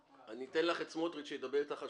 אני אתן לך את סמוטריץ שידבר אתך על